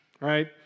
right